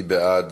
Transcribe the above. מי בעד?